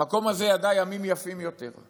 המקום הזה ידע ימים יפים יותר.